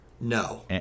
no